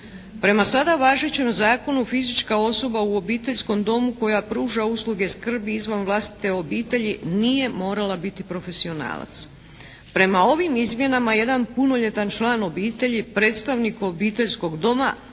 Prema sada važećem zakonu fizička osoba u obiteljskom domu koja pruža usluge skrbi izvan vlastite obitelji nije morala biti profesionalac. Prema ovim izmjenama jedan punoljetan član obitelji, predstavnik obiteljskog doma